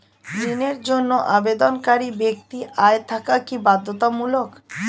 ঋণের জন্য আবেদনকারী ব্যক্তি আয় থাকা কি বাধ্যতামূলক?